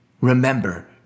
Remember